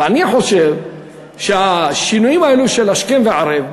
אבל אני חושב שהשינויים האלה השכם והערב,